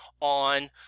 on